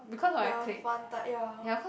the fun time ya